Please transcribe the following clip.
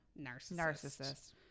narcissist